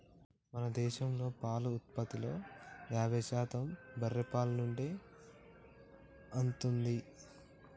మన దేశంలో పాల ఉత్పత్తిలో యాభై శాతం బర్రే పాల నుండే అత్తుంది